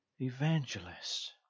evangelists